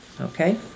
Okay